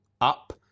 up